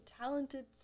talented